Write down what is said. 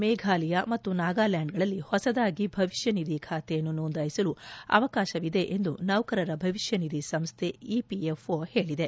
ಮೇಘಾಲಯ ಮತ್ತು ನಾಗಾಲ್ಯಾಂಡ್ಗಳಲ್ಲಿ ಹೊಸದಾಗಿ ಭವಿಷ್ಯನಿಧಿ ಖಾತೆಯನ್ನು ನೋಂದಾಯಿಸಲು ಅವಕಾಶವಿದೆ ಎಂದು ನೌಕರರ ಭವಿಷ್ಯನಿಧಿ ಸಂಸ್ಥೆ ಇಪಿಎಫ್ಒ ಹೇಳಿದೆ